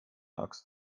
axt